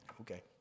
Okay